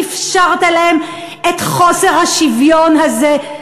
ואפשרת להם את חוסר השוויון הזה?